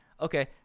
okay